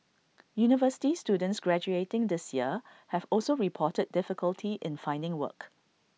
university students graduating this year have also reported difficulty in finding work